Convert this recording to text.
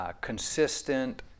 consistent